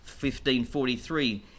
15.43